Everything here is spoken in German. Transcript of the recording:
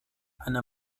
eine